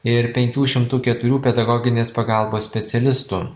ir penkių šimtų keturių pedagoginės pagalbos specialistų